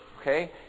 Okay